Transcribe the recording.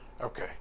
Okay